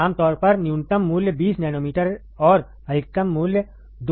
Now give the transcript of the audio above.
आमतौर पर न्यूनतम मूल्य 20 नैनोमीटर और अधिकतम मूल्य 200 नैनोमीटर है